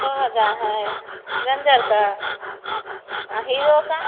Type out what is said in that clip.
दो हज़ार है रेन्जर का और हीरो का